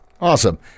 Awesome